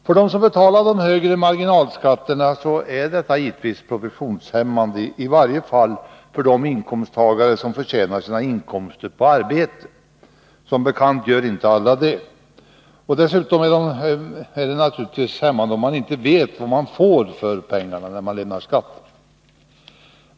För dem som betalade de höga marginalskatterna var dessa givetvis produktionshämmande, i varje fall för de inkomsttagare som förtjänade sina inkomster på arbete. Som bekant gör alla inte det. Dessutom är det naturligtvis hämmande, om man inte vet vad man får för pengarna.